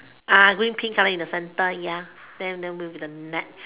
ah green pink color in the centre ya then then with the net